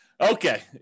okay